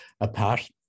apart